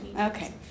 okay